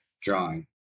drawing